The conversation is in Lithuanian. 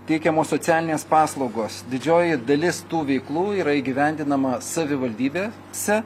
teikiamos socialinės paslaugos didžioji dalis tų veiklų yra įgyvendinama savivaldybėse